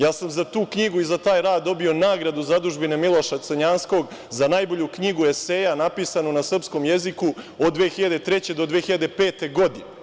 Ja sam za tu knjigu i za taj rad dobio nagradu Zadužbine Miloša Crnjanskog za najbolju knjigu eseja napisanu na srpskom jeziku od 2003. do 2005. godine.